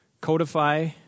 Codify